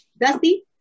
Dusty